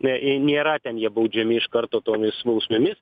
na i nėra ten jie baudžiami iš karto tomis bausmėmis